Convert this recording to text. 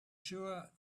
sure